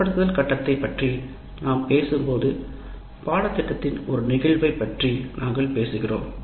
செயல்படுத்தும் கட்டத்தைப் பற்றி நாம் பேசும்போது பாடத்திட்டத்தின் ஒரு நிகழ்வைப் பற்றி நாங்கள் பேசுகிறோம்